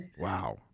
Wow